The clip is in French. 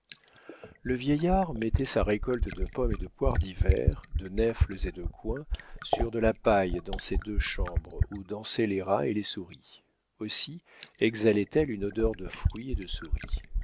le vieillard mettait sa récolte de pommes et de poires d'hiver de nèfles et de coings sur de la paille dans ces deux chambres où dansaient les rats et les souris aussi exhalaient elles une odeur de fruit et de souris